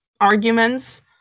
arguments